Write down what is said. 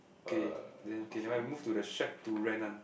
okay then okay nevermind move to the shack to rent [one]